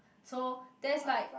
so there's like